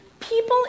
People